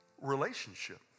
Relationship